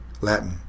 Latin